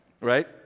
Right